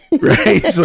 Right